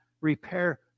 repair